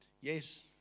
Yes